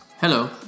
Hello